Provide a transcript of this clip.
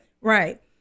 Right